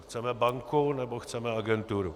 Chceme banku, nebo chceme agenturu.